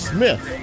Smith